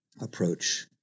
approach